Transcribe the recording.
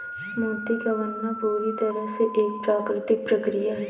मोती का बनना पूरी तरह से एक प्राकृतिक प्रकिया है